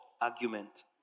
argument